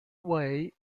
way